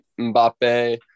Mbappe